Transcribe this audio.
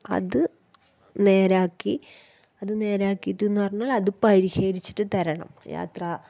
അത് നേരാക്കി അത് നേരാക്കിയിട്ടെന്ന് പറഞ്ഞാല് അത് പരിഹരിച്ചിട്ട് തരണം യാത്രാ